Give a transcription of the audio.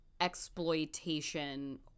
exploitation